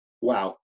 wow